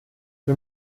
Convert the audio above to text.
wir